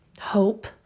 hope